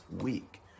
week